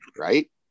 right